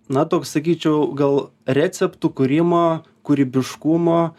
na toks sakyčiau gal receptų kūrimo kūrybiškumo